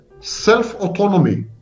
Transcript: self-autonomy